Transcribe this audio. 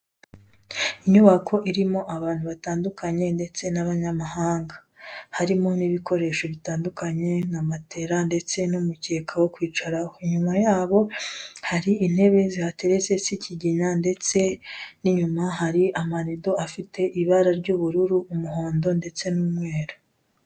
Inyubako irimo abantu batandukanye ndetse n'abanyamahanga. Harimo n'ibikoresho bitandukanye nka matera ndetse n'umukeka wo kwicaraho. Inyuma yabo hari intebe zihateretse z'ikigina ndetse n'inyuma hari amarido afite ibara ry'ubururu, umuhondo ndetse n'umweru.